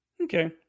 Okay